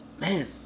Man